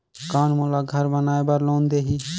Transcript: कौन मोला घर बनाय बार लोन देही?